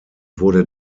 wurde